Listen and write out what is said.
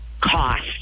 cost